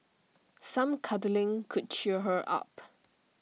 some cuddling could cheer her up